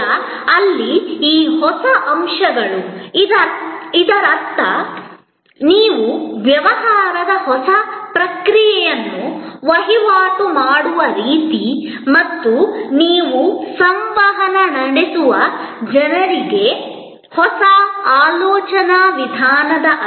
ಈಗ ಅಲ್ಲಿ ಈ ಹೊಸ ಅಂಶಗಳು ಇದರರ್ಥ ನೀವು ವ್ಯವಹಾರದ ಹೊಸ ಪ್ರಕ್ರಿಯೆಯನ್ನು ವಹಿವಾಟು ಮಾಡುವ ರೀತಿ ಮತ್ತು ನೀವು ಸಂವಹನ ನಡೆಸುವ ಜನರಿಗೆ ಹೊಸ ಆಲೋಚನಾ ವಿಧಾನದ ಅಗತ್ಯವಿದೆ